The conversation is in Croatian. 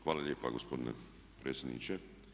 Hvala lijepa gospodine predsjedniče.